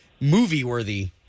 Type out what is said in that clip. movie-worthy